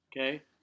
Okay